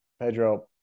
Pedro